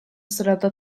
sırada